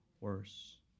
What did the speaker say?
worse